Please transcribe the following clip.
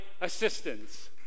assistance